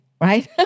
right